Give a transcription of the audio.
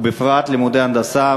ובפרט לימודי הנדסה,